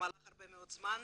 במהלך הרבה מאוד זמן.